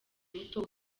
muto